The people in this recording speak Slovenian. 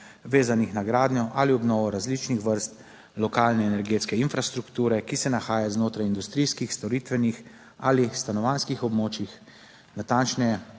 vezanih na gradnjo ali obnovo različnih vrst lokalne energetske infrastrukture, ki se nahaja znotraj industrijskih, storitvenih ali stanovanjskih območij, natančneje